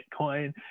Bitcoin